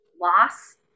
loss